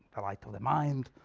the light of the mind,